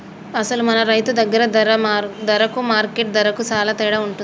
అసలు మన రైతు దగ్గర ధరకు మార్కెట్ ధరకు సాలా తేడా ఉంటుంది